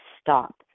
stop